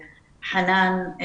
חנאן,